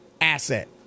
asset